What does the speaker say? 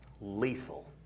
lethal